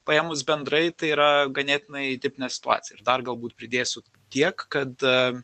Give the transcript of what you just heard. paėmus bendrai tai yra ganėtinai tipinė situacija ir dar galbūt pridėsiu tiek kad